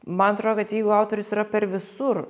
man atro kad jeigu autorius yra per visur